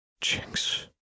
Jinx